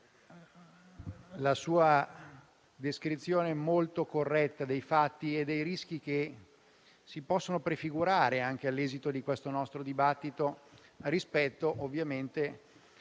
la sua descrizione molto corretta dei fatti e dei rischi che si possono prefigurare, anche all'esito di questo nostro dibattito, rispetto alla